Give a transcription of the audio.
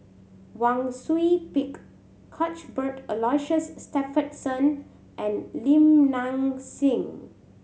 Wang Sui Pick Cuthbert Aloysius Shepherdson and Lim Nang Seng